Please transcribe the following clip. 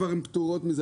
כתוב שהן כבר פטורות מזה,